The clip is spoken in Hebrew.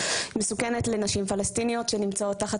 מסוכנת לנשים פלסטיניות שנמצאות תחת